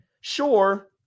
Sure